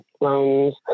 loans